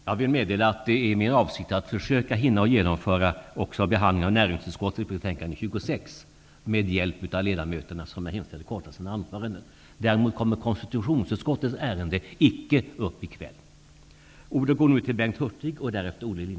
Jag vill meddela att det är min avsikt att med ledamöternas hjälp försöka hinna genomföra också behandlingen av näringsutskottets betänkande nr 26. Jag hemställer därför att ledamöterna kortar av sina anföranden. Däremot kommer konstitutionsutskottets återstående ärende icke upp till behandling i kväll.